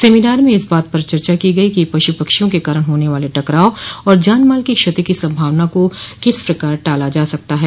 seminar में इस बात पर चर्चा की गई कि पशु पक्षियों के कारण होने वाले टकराव और जान माल की क्षति की संभावना को किस प्रकार टाला जा सकता है